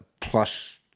plus